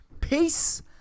Peace